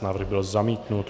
Návrh byl zamítnut.